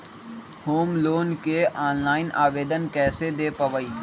Home loan के online आवेदन कैसे दें पवई?